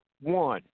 one